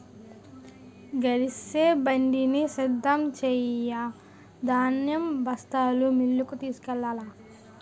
గరిసెబండిని సిద్ధం సెయ్యు ధాన్యం బస్తాలు మిల్లుకు తోలుకెల్లాల